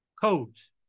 codes